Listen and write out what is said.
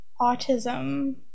autism